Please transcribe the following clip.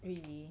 really